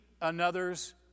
another's